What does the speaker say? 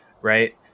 right